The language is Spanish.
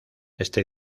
este